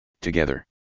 together